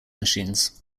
machines